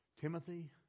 Timothy